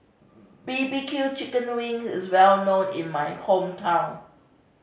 B B Q chicken wings is well known in my hometown